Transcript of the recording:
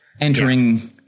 entering